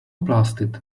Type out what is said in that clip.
blasted